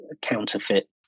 counterfeit